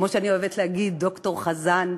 כמו שאני אוהבת להגיד ד"ר חזן,